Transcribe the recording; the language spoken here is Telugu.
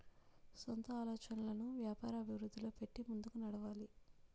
సొంత ఆలోచనలను వ్యాపార అభివృద్ధిలో పెట్టి ముందుకు నడవాలి